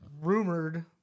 rumored